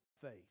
faith